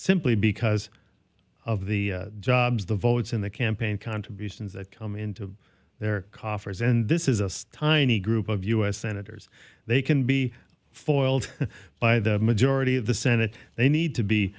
simply because of the jobs the votes in the campaign contributions that come into their coffers and this is a tiny group of us senators they can be foiled by the majority of the senate they need to be